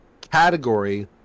category